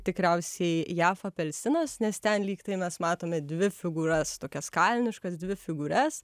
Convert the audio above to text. tikriausiai jav apelsinas nes ten lyg tai mes matome dvi figūras tokias kalniškas dvi figūras